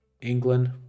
England